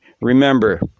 Remember